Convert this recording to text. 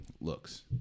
looks